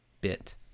bit